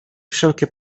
wszelkie